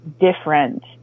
different